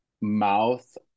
mouth